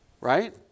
Right